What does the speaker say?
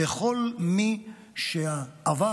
לכל מי שהעבר,